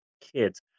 Kids